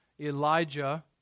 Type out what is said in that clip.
Elijah